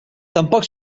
tampoc